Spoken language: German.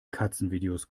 katzenvideos